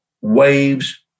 waves